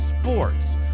sports